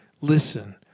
listen